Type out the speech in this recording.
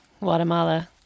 Guatemala